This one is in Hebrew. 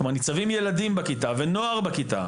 כלומר ניצבים ילדים בכיתה ונוער בכיתה,